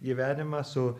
gyvenimą su